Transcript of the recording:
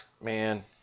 man